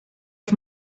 auf